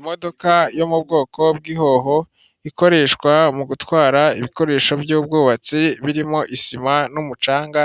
Imodoka yo mu bwoko bw'ihoho ikoreshwa mu gutwara ibikoresho by'ubwubatsi birimo isima n'umucanga